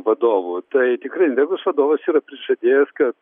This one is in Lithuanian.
vadovu tai tikrai invegos vadovas yra prisižadėjęs kad